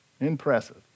Impressive